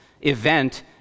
event